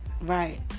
Right